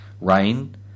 rain